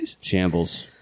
Shambles